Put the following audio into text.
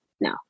no